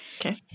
Okay